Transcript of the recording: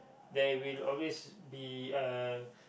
there will always be a